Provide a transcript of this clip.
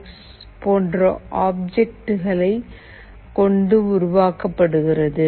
X போன்ற ஆப்ஜெட்டுகளை கொண்டு உருவாக்கப்படுகிறது